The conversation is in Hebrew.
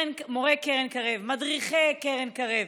מורי קרן קרב, מדריכי קרן קרב,